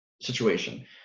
situation